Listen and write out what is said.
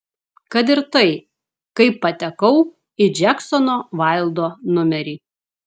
kad ir tai kaip patekau į džeksono vaildo numerį